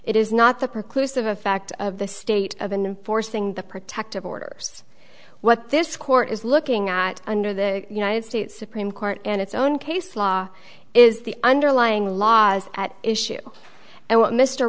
it is not the precludes of a fact of the state of and forcing the protective orders what this court is looking at under the united states supreme court and its own case law is the underlying law is at issue and what mr